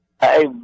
Hey